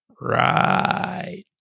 Right